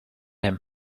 him